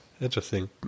Interesting